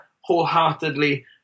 wholeheartedly